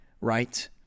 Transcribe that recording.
right